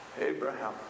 Abraham